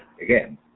again